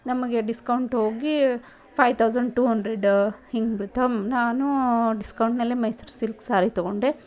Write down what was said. ನಮಗೆ ಡಿಸ್ಕೌಂಟ್ ಹೋಗಿ five thousand two hundred ಹಿಂಗೆ ಬೀಳ್ತವೆ ನಾನೂ ಡಿಸ್ಕೌಂಟ್ನಲ್ಲೇ ಮೈಸೂರ್ ಸಿಲ್ಕ್ ಸಾರಿ ತಗೊಂಡೆ